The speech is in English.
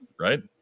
Right